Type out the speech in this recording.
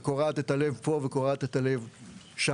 וקורעת את הלב פה וקורעת את הלב שם.